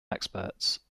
experts